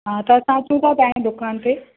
हा त असां अचु था तव्हांजी दुकान ते